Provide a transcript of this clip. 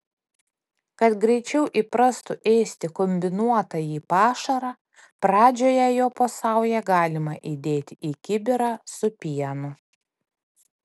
kad greičiau įprastų ėsti kombinuotąjį pašarą pradžioje jo po saują galima įdėti į kibirą su pienu